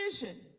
vision